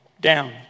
down